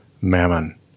mammon